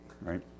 right